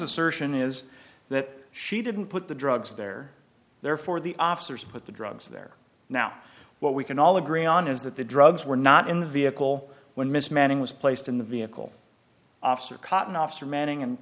assertion is that she didn't put the drugs there therefore the officers put the drugs there now what we can all agree on is that the drugs were not in the vehicle when miss manning was placed in the vehicle officer caught in officer manning and